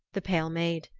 the pale maid.